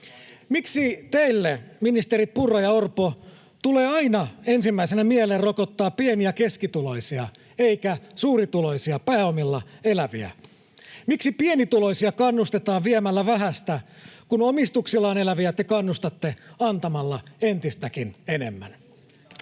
Miksi teille, ministerit Purra ja Orpo, tulee aina ensimmäisenä mieleen rokottaa pieni- ja keskituloisia eikä suurituloisia, pääomilla eläviä? Miksi pienituloisia kannustetaan viemällä vähästä, kun omistuksillaan eläviä te kannustatte antamalla entistäkin enemmän?